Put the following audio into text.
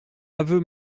aveu